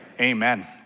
Amen